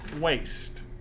waste